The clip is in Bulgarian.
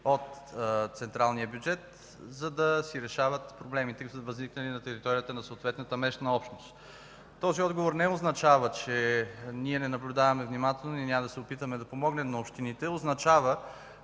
от централния бюджет, за да решават проблемите си, които са възникнали на територията на съответната местна общност. Този отговор не означава, че ние не наблюдаваме внимателно и няма да се опитаме да помогнем на общините. Означава,